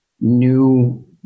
new